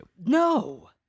No